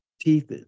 teeth